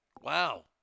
Wow